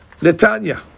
Netanya